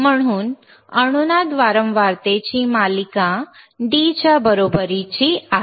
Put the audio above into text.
म्हणून अनुनाद वारंवारतेची मालिका D च्या बरोबरीची आहे